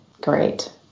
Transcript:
Great